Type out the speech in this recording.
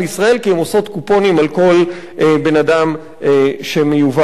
כי הן עושות קופונים על כל בן-אדם שמיובא לארץ.